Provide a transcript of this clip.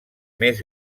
més